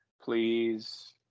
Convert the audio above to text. Please